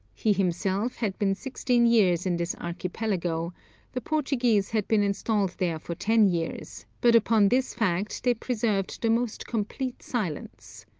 he himself had been sixteen years in this archipelago the portuguese had been installed there for ten years, but upon this fact they preserved the most complete silence.